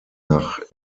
nach